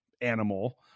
animal